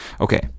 okay